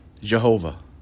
Jehovah